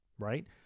right